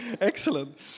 Excellent